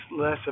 less